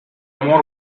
more